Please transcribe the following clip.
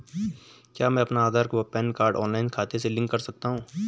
क्या मैं अपना आधार व पैन कार्ड ऑनलाइन खाते से लिंक कर सकता हूँ?